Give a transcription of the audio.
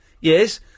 Yes